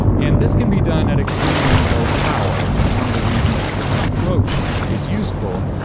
and this can be done at extremely low power, which is one of the reasons that this approach is useful.